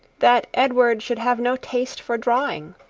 that edward should have no taste for drawing.